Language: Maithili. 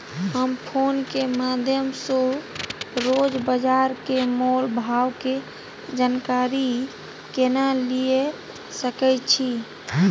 हम फोन के माध्यम सो रोज बाजार के मोल भाव के जानकारी केना लिए सके छी?